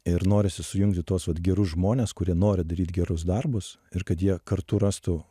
ir norisi sujungti tuos gerus žmones kurie nori daryt gerus darbus ir kad jie kartu rastų